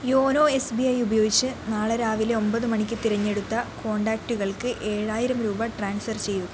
YONO S B I ഉപയോഗിച്ച് നാളെ രാവിലെ ഒമ്പത് മണിക്ക് തിരഞ്ഞെടുത്ത കോൺടാക്റ്റുകൾക്ക് ഏഴായിരം രൂപ ട്രാൻസ്ഫർ ചെയ്യുക